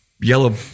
yellow